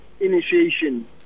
initiation